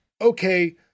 okay